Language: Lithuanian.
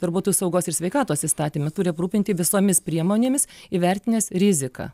darbuotojų saugos ir sveikatos įstatyme turi aprūpinti visomis priemonėmis įvertinęs riziką